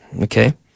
Okay